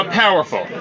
powerful